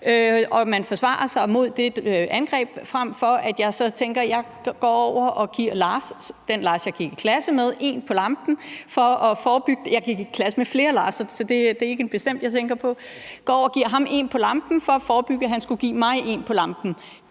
jeg så forsvarer mig imod det angreb, frem for at jeg går over og giver Lars, altså den Lars, jeg gik i klasse med – jeg gik i klasse med flere, der hed Lars, så det er ikke en bestemt, jeg tænker på – en på lampen for at forebygge, at han skulle give mig en på lampen.